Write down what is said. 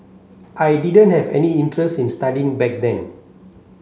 I didn't have any interest in studying back then